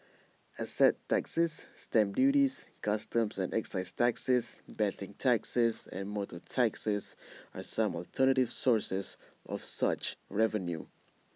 asset taxes stamp duties customs and excise taxes betting taxes and motor taxes are some alternative sources of such revenue